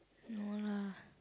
no lah